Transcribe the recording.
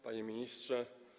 Panie Ministrze!